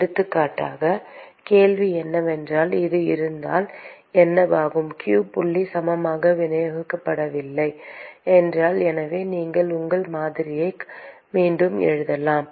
எடுத்துக்காட்டாக கேள்வி என்னவென்றால் அது இருந்தால் என்ன ஆகும் q புள்ளி சமமாக விநியோகிக்கப்படவில்லை என்றால் எனவே நீங்கள் உங்கள் மாதிரியை மீண்டும் எழுதலாம்